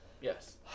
Yes